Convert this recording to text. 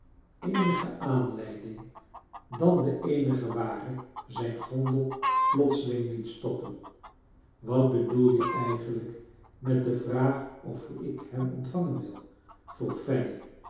eenige aanleiding dan de eenige ware zijn gondel plotseling liet stoppen wat bedoel je eigenlijk met de vraag of ik hem ontvangen wil vroeg fanny